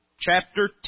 chapter